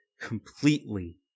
completely